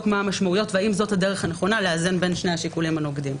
מה המשמעויות והאם זאת הדרך הנכונה לאזן בין שני השיקולים הנוגדים.